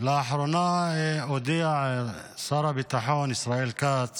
לאחרונה הודיע שר הביטחון ישראל כץ